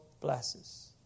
blesses